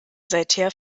seither